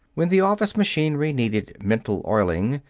when the office machinery needed mental oiling,